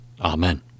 Amen